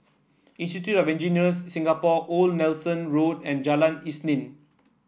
Institute of Engineers Singapore Old Nelson Road and Jalan Isnin